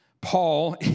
Paul